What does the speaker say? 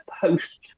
post